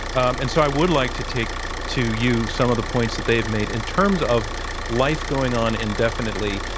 and so, i would like to take to you some of the points that they have made in terms of life going on indefinitely.